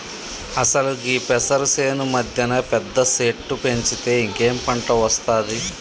అసలు గీ పెసరు సేను మధ్యన పెద్ద సెట్టు పెంచితే ఇంకేం పంట ఒస్తాది